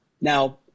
Now